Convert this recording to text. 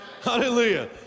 hallelujah